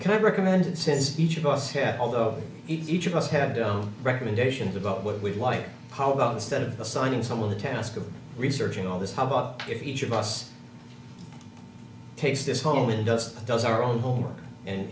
can't recommend it says each of us have although each of us had recommendations about what we'd like how about instead of assigning some of the task of researching all this how about if each of us takes this home and does does our own homework and